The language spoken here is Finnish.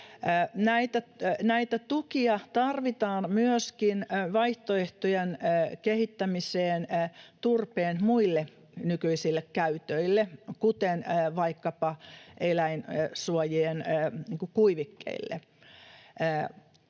Näitä tukia tarvitaan myöskin vaihtoehtojen kehittämiseen turpeen muille nykyisille käytöille, kuten vaikkapa eläinsuojien kuivikkeille.